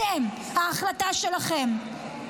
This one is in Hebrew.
אתם, החלטה שלכם.